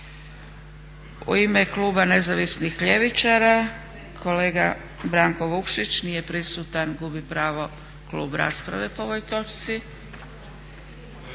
U ime kluba Nezavisnih ljevičara kolega Branko Vukšić, nije prisutan, gubi pravo klub rasprave po ovoj točci.